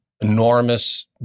enormous